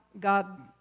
God